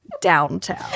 downtown